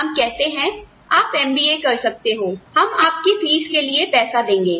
हम कहते हैं आप एमबीए कर सकते हो हम आपकी फीस के लिए पैसा देंगे